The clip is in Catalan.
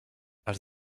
els